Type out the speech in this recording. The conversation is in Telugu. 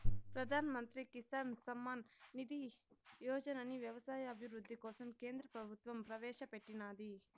ప్రధాన్ మంత్రి కిసాన్ సమ్మాన్ నిధి యోజనని వ్యవసాయ అభివృద్ధి కోసం కేంద్ర ప్రభుత్వం ప్రవేశాపెట్టినాది